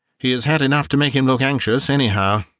he has had enough to make him look anxious, anyhow,